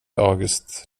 august